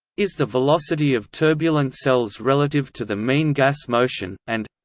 is the velocity of turbulent cells relative to the mean gas motion, and